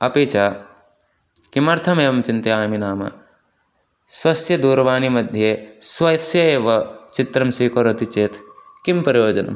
अपि च किमर्थम् एवं चिन्तयामि नाम स्वस्य दूरवाणीमध्ये स्वस्य एव चित्रं स्वीकरोति चेत् किं प्रयोजनम्